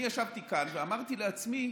אני ישבתי כאן ואמרתי לעצמי: